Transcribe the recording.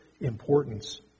importance